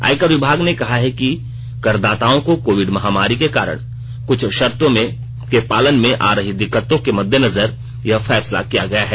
आयकर विभाग ने कहा है कि करदाताओं को कोविड महामारी के कारण कुछ शर्तों के पालन में आ रही दिक्कतों के मद्देनजर यह फैसला किया गया है